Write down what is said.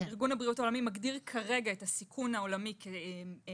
כרגע ארגון הבריאות העולמי מגדיר כרגע את הסיכון העולמי כבינוני